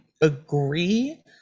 agree